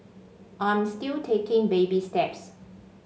I'm still taking baby steps